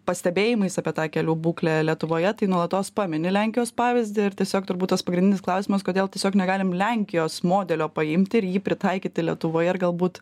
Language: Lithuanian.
pastebėjimais apie tą kelių būklę lietuvoje tai nuolatos pamini lenkijos pavyzdį ir tiesiog turbūt tas pagrindinis klausimas kodėl tiesiog negalim lenkijos modelio paimti ir jį pritaikyti lietuvoje ir galbūt